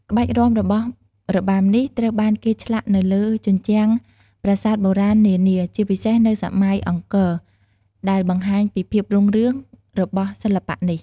ក្បាច់រាំរបស់របាំនេះត្រូវបានគេឆ្លាក់នៅលើជញ្ជាំងប្រាសាទបុរាណនានា ជាពិសេសនៅសម័យអង្គរ ដែលបង្ហាញពីភាពរុងរឿងរបស់សិល្បៈនេះ។